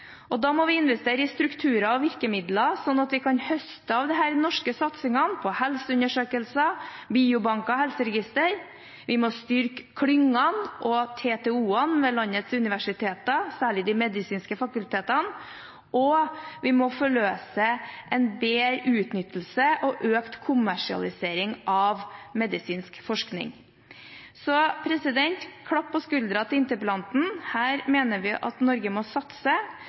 økonomi. Da må vi investere i strukturer og virkemidler, slik at vi kan høste av disse norske satsingene på helseundersøkelser, biobanker og helseregistre. Vi må styrke klyngene og TTO-ene ved landets universiteter, særlig de medisinske fakultetene, og vi må forløse en bedre utnyttelse og økt kommersialisering av medisinsk forskning. Så klapp på skulderen til interpellanten. Her mener vi at Norge må satse,